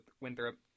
Winthrop